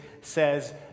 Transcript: says